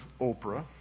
Oprah